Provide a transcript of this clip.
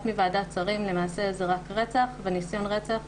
מוועדת השרים הוא רק על רצח וניסיון רצח.